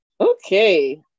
Okay